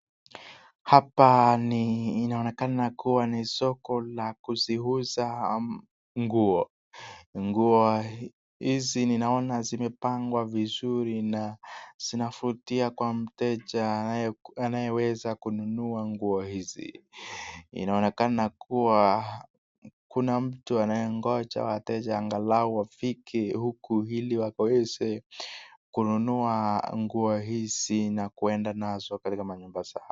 Hapa ni inaonekana kuwa ni soko la kuziuza nguo. Nguo hizi naona zimepangwa vizuri na zinafutia kwa mteja anayeweza kununua nguo hizi. Inaonekana kuwa kuna mtu anangoja wateja angalau wafike huku ili waweze kununua nguo hizi na kuenda nayo katika manyumba zao.